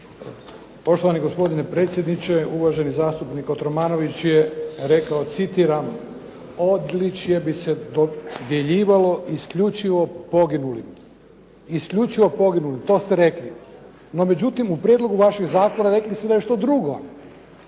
Poštovani gospodine predsjedniče. Uvaženi zastupnik Kotromanović je rekao: "Odličje bi se dodjeljivalo isključivo poginulim." Isključivo poginulim, to ste rekli. No međutim, u prijedlogu vašeg zakona rekli ste nešto drugo.